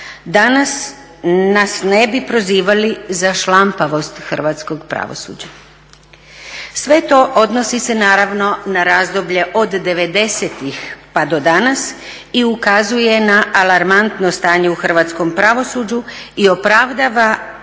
danas nas ne bi prozivali za šlampavost hrvatskog pravosuđa. Sve to odnosi se naravno na razdoblje od '90-ih pa do danas i ukazuje na alarmantno stanje u hrvatskom pravosuđu i opravdava